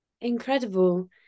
Incredible